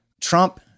Trump